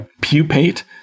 pupate